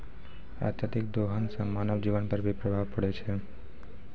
अत्यधिक दोहन सें मानव जीवन पर भी प्रभाव परै छै